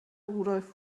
rudolf